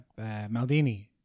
Maldini